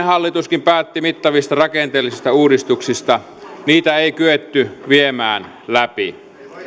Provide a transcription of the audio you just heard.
hallitus päätti mittavista rakenteellisista uudistuksista niitä ei kyetty viemään läpi